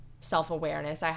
self-awareness